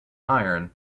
iron